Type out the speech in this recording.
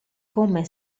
come